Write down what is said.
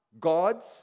God's